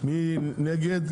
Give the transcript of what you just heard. מי נגד?